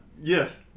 yes